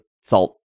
Salt